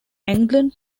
england